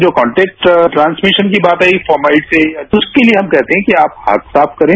जो contact transmission की बात आई फाउमलिटी की तो उसके लिए हम कहते हैं कि आप हाथ साफ करें